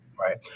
right